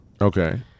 Okay